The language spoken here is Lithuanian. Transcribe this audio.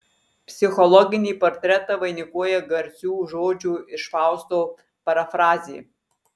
psichologinį portretą vainikuoja garsių žodžių iš fausto parafrazė